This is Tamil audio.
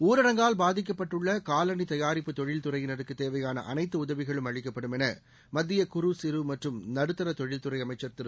ஊரடங்கால் பாதிக்கப்பட்டுள்ள காலணி தயாரிப்பு தொழில் துறையினருக்கு தேவையான அனைத்து உதவிகளும் அளிக்கப்படுமென மத்திய குறு சிறு மற்றும் நடுத்தர தொழில்துறை அமைச்சர் திரு